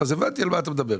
הייתי מבין על מה אתה מדבר.